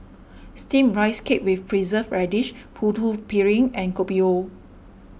Steamed Rice Cake with Preserved Radish Putu Piring and Kopi O